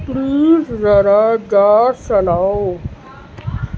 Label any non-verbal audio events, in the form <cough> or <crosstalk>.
please ذرا <unintelligible> چلاؤ